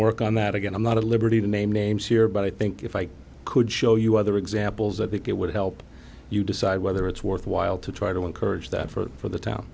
work on that again i'm not at liberty to name names here but i think if i could show you other examples that it would help you decide whether it's worthwhile to try to encourage that for the town